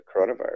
coronavirus